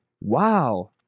Wow